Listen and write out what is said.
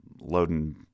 loading